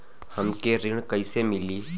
हमके ऋण कईसे मिली?